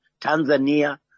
Tanzania